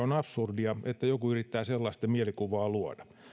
on absurdia että joku yrittää sellaista mielikuvaa luoda